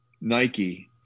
nike